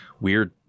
weird